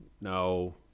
No